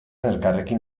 elkarrekin